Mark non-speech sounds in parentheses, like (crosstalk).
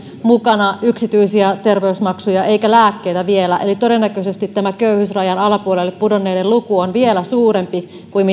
mukana yksityisiä terveysmaksuja eikä lääkkeitä eli todennäköisesti köyhyysrajan alapuolelle pudonneiden luku on vielä suurempi kuin (unintelligible)